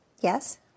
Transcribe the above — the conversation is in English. Yes